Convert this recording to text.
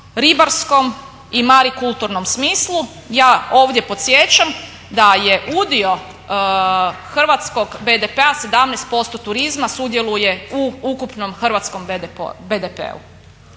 ribarskom i marikulturnom smislu? Ja ovdje podsjećam da je udio hrvatskog BDP-a, 17% turizma sudjeluje u ukupnom hrvatskom BDP-u.